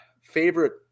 favorite